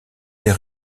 des